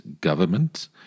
government